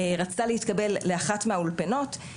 רצתה להתקבל לאחת מהאולפנות.